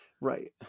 Right